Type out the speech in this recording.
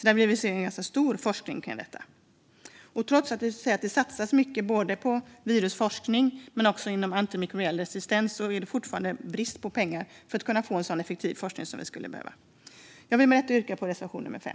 Vi vill alltså se mycket forskning om detta. Trots att det satsas mycket på både virusforskning och antimikrobiell resistens saknas det fortfarande pengar för att vi ska få den effektiva forskning vi behöver. Jag yrkar bifall till reservation 5.